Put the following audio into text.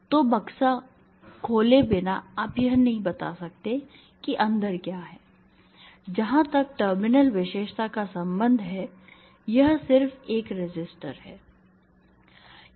तो बक्सा खोले बिना आप यह नहीं बता सकते कि अंदर क्या है जहां तक टर्मिनल विशेषता का संबंध है यह सिर्फ एक रेसिस्टर है